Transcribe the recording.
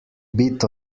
bit